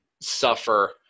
suffer